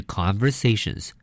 conversations